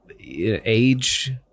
age